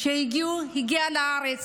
שהגיעה לארץ.